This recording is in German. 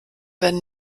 werden